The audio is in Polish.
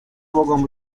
mogą